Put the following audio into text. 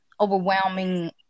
Overwhelming